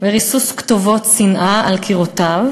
וריסוס כתובת שנאה על קירותיו.